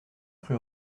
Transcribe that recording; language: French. rue